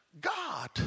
God